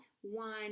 one